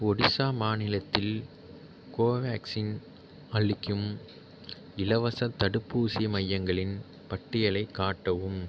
ஒடிசா மாநிலத்தில் கோவேக்சின் அளிக்கும் இலவசத் தடுப்பூசி மையங்களின் பட்டியலைக் காட்டவும்